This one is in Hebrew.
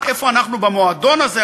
איפה אנחנו במועדון הזה,